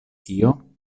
tio